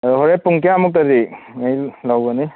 ꯑꯗꯨ ꯍꯣꯔꯦꯟ ꯄꯨꯡ ꯀꯌꯥꯃꯨꯛꯇꯗꯤ ꯅꯣꯏ ꯂꯧꯒꯅꯤ